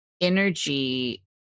energy